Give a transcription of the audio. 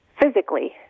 physically